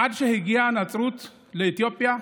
עד שהגיעה הנצרות לאתיופיה,